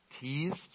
teased